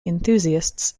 enthusiasts